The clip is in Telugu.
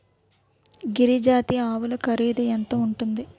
గిరి జాతి ఆవులు ఖరీదు ఎంత ఉంటుంది?